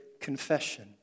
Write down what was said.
confession